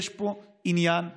יש פה עניין עקרוני.